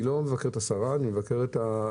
אני לא מבקר את השרה, אני מבקר את השואלת,